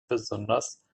besonders